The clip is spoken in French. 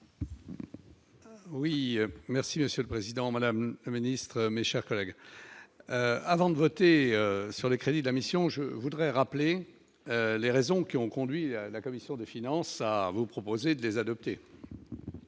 Oui, merci Monsieur le Président, Madame la Ministre, mes chers collègues, avant de voter sur les crédits de la mission, je voudrais rappeler les raisons qui ont conduit à la commission des finances à vous proposer des adopté